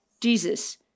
Jesus